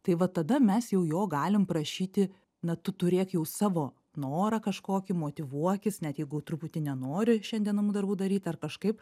tai va tada mes jau jo galim prašyti na tu turėk jau savo norą kažkokį motyvuokis net jeigu truputį nenori šiandien namų darbų daryt ar kažkaip